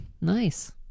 Nice